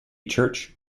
church